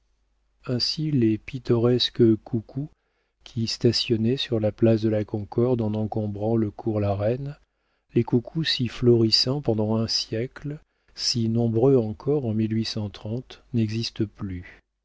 ainsi les pittoresques coucous qui stationnaient sur la place de la concorde en encombrant le cours la reine les coucous si florissants pendant un siècle si nombreux encore en n'existent plus